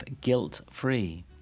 guilt-free